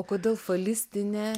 o kodėl fatalistinė